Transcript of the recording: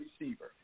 receiver